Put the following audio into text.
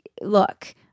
look